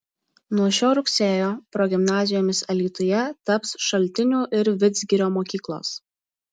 nuo šio rugsėjo progimnazijomis alytuje taps šaltinių ir vidzgirio mokyklos